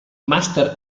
màster